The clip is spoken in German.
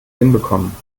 hinbekommen